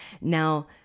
Now